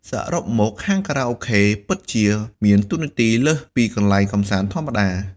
សរុបមក ហាងខារ៉ាអូខេពិតជាមានតួនាទីលើសពីកន្លែងកម្សាន្តធម្មតា។